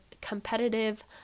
competitive